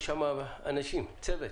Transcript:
יש שם אנשים, צוות.